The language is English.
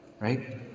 Right